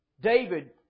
David